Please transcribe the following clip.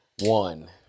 One